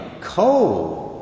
cold